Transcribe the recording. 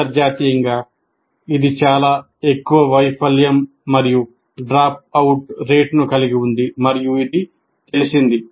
అంతర్జాతీయంగా ఇది చాలా ఎక్కువ వైఫల్యం మరియు డ్రాపౌట్ రేటును కలిగి ఉంది మరియు ఇది తెలిసింది